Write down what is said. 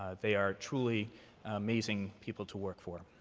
they are truly amazing people to work for.